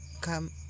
come